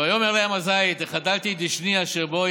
"ויאמר להם הזית החדלתי את דשני אשר בי